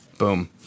Boom